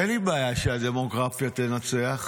אין לי בעיה שהדמוגרפיה תנצח,